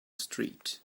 street